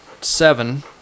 seven